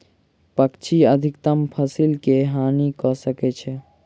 पक्षी अधिकतम फसिल के हानि कय सकै छै